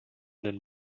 den